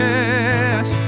Yes